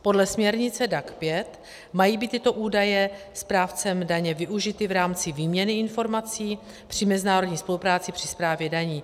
Podle směrnice DAC 5 mají být tyto údaje správcem daně využity v rámci výměny informací při mezinárodní spolupráci při správě daní.